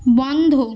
বন্ধ